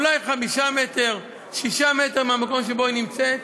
אולי 5 מטרים או 6 מטרים מהמקום שהיא נמצאת,